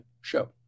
show